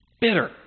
bitter